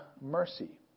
mercy